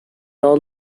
all